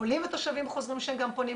עולים ותושבים חוזרים שהם גם פונים,